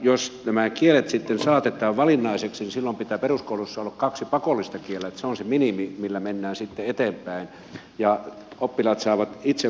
jos nämä kielet sitten saatetaan valinnaiseksi niin silloin pitää peruskoulussa olla kaksi pakollista kieltä se on se minimi millä mennään sitten eteenpäin ja oppilaat saavat itse valita